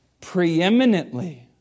preeminently